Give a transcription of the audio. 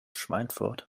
schweinfurt